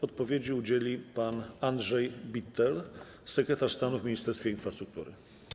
Odpowiedzi udzieli pan Andrzej Bittel, sekretarz stanu w Ministerstwie Infrastruktury.